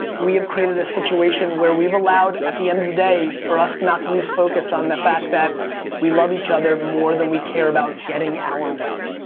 we have created a situation where we've allowed, at the end of the day, for us not to lose focus on the fact that we love each other more than we care about getting our way.